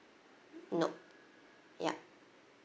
nope yup